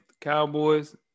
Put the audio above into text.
Cowboys